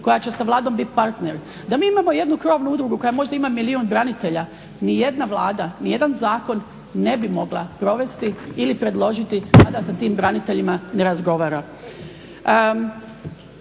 koja će sa Vladom biti partner. Da mi imamo jednu krovnu udrugu koja možda ima milijuna branitelja, nijedna Vlada nijedan zakon ne bi mogla provesti ili predložiti da sa tim braniteljima ne razgovara.